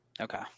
Okay